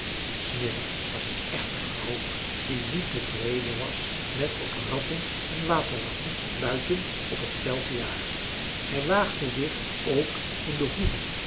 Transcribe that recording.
smirre was een echte roover die niet tevreden was met op ratten en waterratten buiten op t veld te jagen hij waagde zich ook in de hoeven